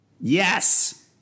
Yes